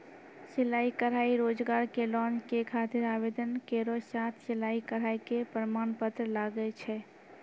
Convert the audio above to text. सिलाई कढ़ाई रोजगार के लोन के खातिर आवेदन केरो साथ सिलाई कढ़ाई के प्रमाण पत्र लागै छै?